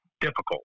difficult